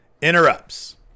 interrupts